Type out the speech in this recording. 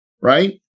right